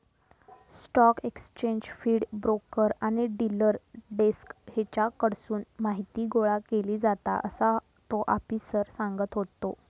stock exchange feed, broker आणि dealer desk हेच्याकडसून माहीती गोळा केली जाता, असा तो आफिसर सांगत होतो